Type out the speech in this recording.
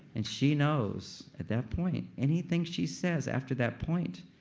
and she knows at that point, anything she says after that point,